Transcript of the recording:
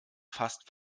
fast